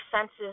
senses